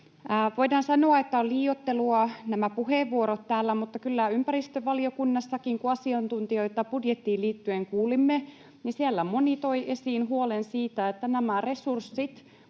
Voidaan sanoa, että on liioittelua nämä puheenvuorot täällä, mutta kyllä ympäristövaliokunnassakin, kun asiantuntijoita budjettiin liittyen kuulimme, moni tuo esiin huolen siitä, että nämä resurssit